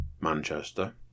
Manchester